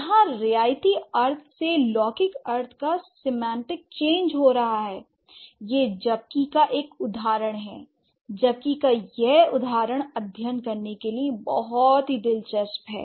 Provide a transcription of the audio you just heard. यहां रियायती अर्थ से लौकिक अर्थ का सेमांटिक चेंज हो रहा है यह जबकि का एक उदाहरण है l जबकि का यह उदाहरण अध्ययन करने के लिए बहुत हीदिलचस्प है